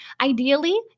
Ideally